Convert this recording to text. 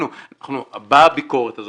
באה הביקורת הזו,